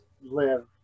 live